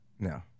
No